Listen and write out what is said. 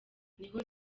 niho